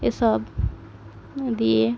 এসব দিয়ে